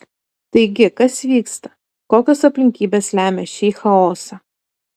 taigi kas vyksta kokios aplinkybės lemia šį chaosą